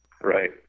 Right